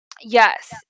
Yes